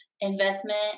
investment